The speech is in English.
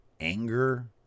anger